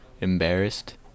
embarrassed